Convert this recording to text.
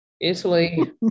Italy